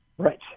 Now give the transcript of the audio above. Right